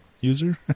user